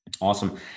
Awesome